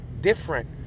different